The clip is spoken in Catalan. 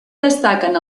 destaquen